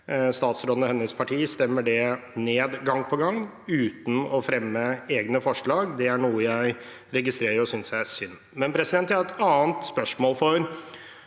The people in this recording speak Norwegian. Statsråden og hennes parti stemmer det ned gang på gang, uten å fremme egne forslag. Det er noe jeg registrerer og synes er synd. Jeg har også et annet spørsmål.